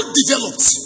developed